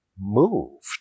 moved